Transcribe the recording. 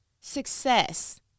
success